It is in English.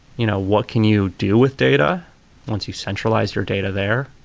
you know what can you do with data once you centralized your data there?